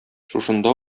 шушында